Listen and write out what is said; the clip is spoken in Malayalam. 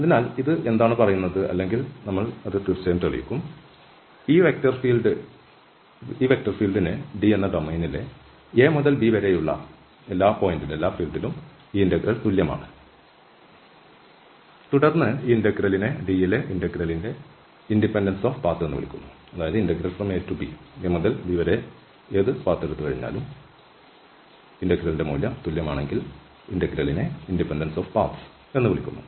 അതിനാൽ ഇത് എന്താണ് പറയുന്നത് അല്ലെങ്കിൽ നമ്മൾ തീർച്ചയായും തെളിയിക്കും ഈ വെക്റ്റർ ഫീൽഡ്ന് D ഡൊമെയ്നിലെ A മുതൽ B വരെയുള്ള എല്ലാ ഫീൽഡിലും ഈ ഇന്റഗ്രൽ തുല്യമാണ് തുടർന്ന് ഈ ഇന്റഗ്രലിനെ D യിലെ ഇന്റഗ്രലിന്റെ പാത്ത് സ്വാതന്ത്ര്യം എന്ന് വിളിക്കുന്നു